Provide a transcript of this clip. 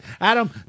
Adam